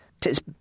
Tis